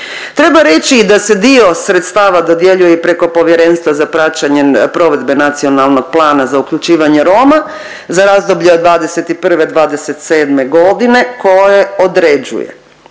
Treba reći i da se dio sredstava dodjeljuje i preko Povjerenstva za praćenje provedbe nacionalnog plana za uključivanje Roma za razdoblje od '21.-'27.g. kojoj određuje